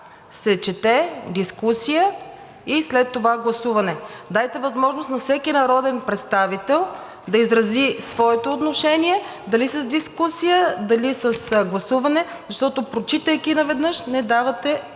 Дайте възможност на всеки народен представител да изрази своето отношение – дали с дискусия, дали с гласуване, защото, прочитайки наведнъж, не давате на